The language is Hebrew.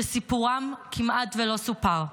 שסיפורם כמעט לא סופר?